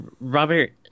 Robert